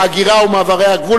ההגירה ומעברי הגבול,